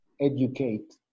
educate